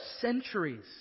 centuries